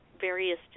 various